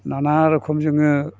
नाना रखम जोङो